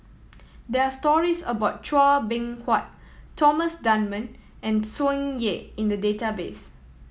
there are stories about Chua Beng Huat Thomas Dunman and Tsung Yeh in the database